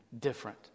Different